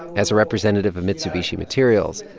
as a representative of mitsubishi materials,